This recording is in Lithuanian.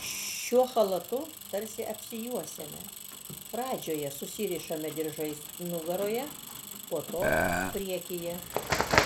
šiuo chalatu tarsi apsijuosiame pradžioje susirišame diržais nugaroje po to priekyje